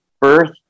birth